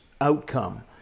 outcome